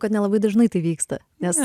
kad nelabai dažnai tai vyksta nes